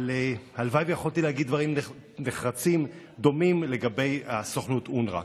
אבל הלוואי ויכולתי להגיד דברים נחרצים דומים לגבי הסוכנות אונר"א.